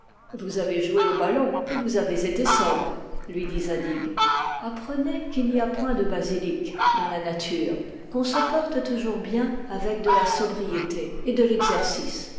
vous avez joué au ballon et vous avez été sobre lui dit zadig apprenez qu'il n'y a point de basilic dans la nature qu'on se porte toujours bien avec de la sobriété et de l'exercice